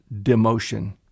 demotion